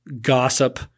gossip